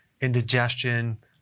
indigestion